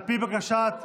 על פי בקשת האופוזיציה.